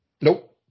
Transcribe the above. Nope